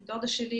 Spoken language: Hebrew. עם דודה שלי,